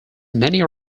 many